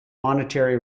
monetary